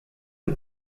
der